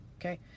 okay